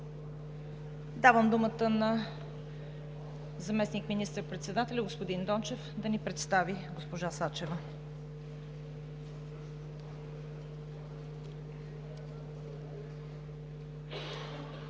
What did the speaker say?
Давам думата на заместник министър-председателя господин Дончев да ни представи госпожа Сачева.